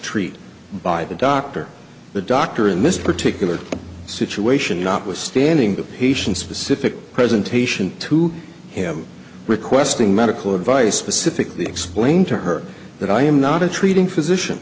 treat by the doctor the doctor in this particular situation notwithstanding the patient specific presentation to him requesting medical advice specifically explained to her that i am not a treating physician